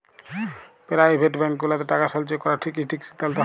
private bank গুলাতে টাকা সল্চয় ক্যরা কি ঠিক সিদ্ধাল্ত হ্যয়